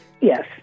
Yes